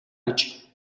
гэж